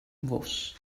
fws